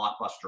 blockbuster